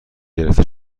گرفته